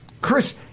Chris